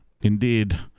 Indeed